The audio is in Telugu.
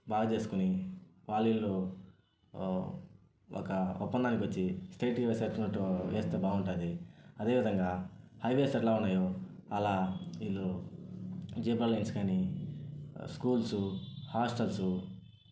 బాగా చేసుకొని వాళ్ళు వీళ్ళు ఆ ఒక ఒప్పందానికొచ్చి స్ట్రయిట్గా వేసేటట్టు వేస్తే బాగుంటుంది అదేవిదంగా హైవేస్ ఎలా ఉన్నాయో అలా ఈల్లు జీబ్రా లైన్స్ కానీ స్కూల్సు హాస్టల్సు